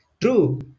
True